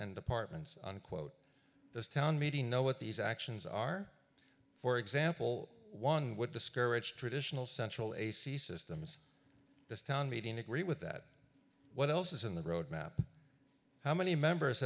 and departments unquote does town meeting know what these actions are for example one would discourage traditional central ac systems this town meeting agree with that what else is in the road map how many members